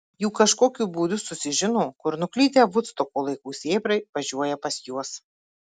juk kažkokiu būdu susižino kur nuklydę vudstoko laikų sėbrai važiuoja pas juos